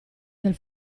del